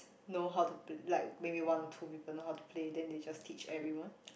know how to pl~ like maybe one or two people know how to play then they just teach everyone